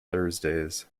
thursdays